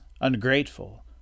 ungrateful